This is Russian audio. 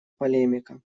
полемика